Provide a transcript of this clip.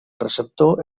receptor